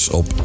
op